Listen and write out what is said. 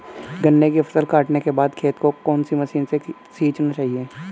गन्ने की फसल काटने के बाद खेत को कौन सी मशीन से सींचना चाहिये?